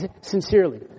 Sincerely